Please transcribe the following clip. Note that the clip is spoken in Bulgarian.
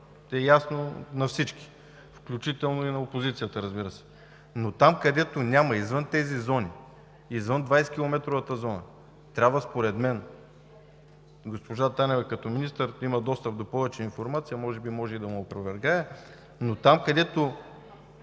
Това е ясно на всички, включително и на опозицията, но там, където няма, извън тези зони, извън 20 километровата зона, трябва, според мен. Госпожа Танева като министър има достъп до повече информация, може би може и да ме опровергае, но там, където